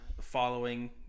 following